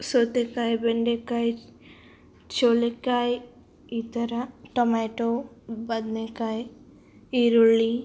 ಸೌತೆಕಾಯಿ ಬೆಂಡೆಕಾಯಿ ಚೋಲೆಕಾಯಿ ಈ ಥರ ಟೊಮೆಟೊ ಬದ್ನೆಕಾಯಿ ಈರುಳ್ಳಿ